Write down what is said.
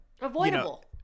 avoidable